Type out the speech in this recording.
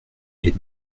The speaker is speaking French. est